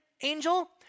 angel